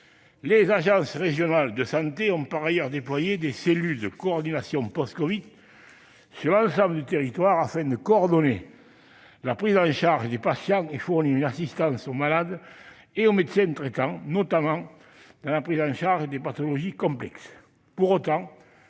Les agences régionales de santé ont par ailleurs déployé des cellules de coordination post-covid sur l'ensemble du territoire, afin d'organiser la prise en charge des patients tout en fournissant une assistance aux malades et aux médecins traitants, notamment pour la prise en charge des pathologies complexes.